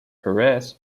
perez